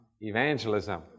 evangelism